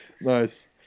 Nice